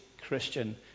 Christian